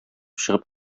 чыгып